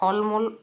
ফল মূল